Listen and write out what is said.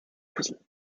puzzle